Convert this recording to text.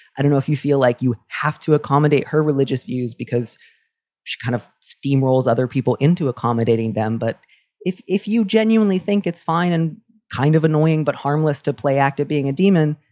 i don't know if you feel like you have to accommodate her religious views because she kind of steamrolls other people into accommodating them. but if if you genuinely think it's fine and kind of annoying but harmless to play act of being a demon,